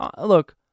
look